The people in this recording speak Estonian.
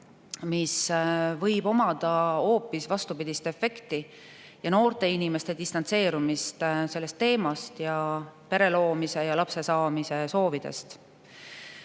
see võib omada hoopis vastupidist efekti ning [põhjustada] noorte inimeste distantseerumist sellest teemast ja pere loomise ja laste saamise soovidest.